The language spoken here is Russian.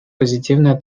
позитивная